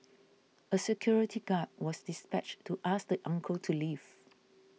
a security guard was dispatched to ask the uncle to leave